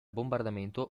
bombardamento